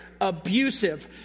abusive